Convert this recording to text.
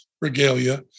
regalia